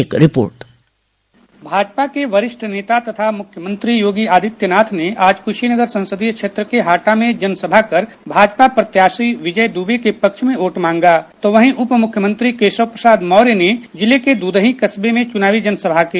एक रिपोर्ट भाजपा के वरिष्ठ नेता तथा मुख्यमंत्री योगी आदित्यनाथ ने आज कुशीनगर संसदीय क्षेत्र के हाटा में जनसभा कर भाजपा प्रत्याशी विजय दुबे के पक्ष में वोट मांगा तो वहीं उपमुख्यमंत्री केशव प्रसाद मौर्य ने भी जिले के दृदही कस्बे में चुनावी जनसभा की